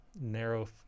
narrow